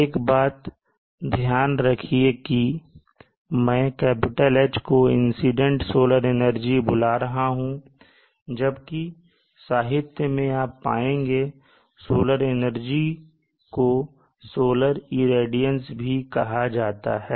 एक बात का ध्यान रखिए की मैं "H" को इंसीडेंट सोलर एनर्जी बुला रहा हूं जबकि साहित्य में आप पाएंगे सोलर एनर्जी को सोलर रेडियंस भी कहा जाता है